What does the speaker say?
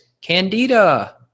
Candida